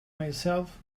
myself